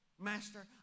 Master